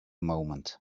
moment